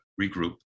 regroup